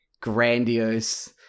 grandiose